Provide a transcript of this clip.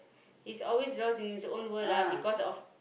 he's always lost in his own world ah because of